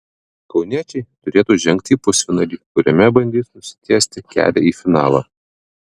kauniečiai turėtų žengti į pusfinalį kuriame bandys nusitiesti kelią į finalą